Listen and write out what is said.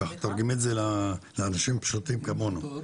תתרגמי את זה ככה לאנשים פשוטים כמונו.